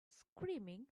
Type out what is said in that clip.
screaming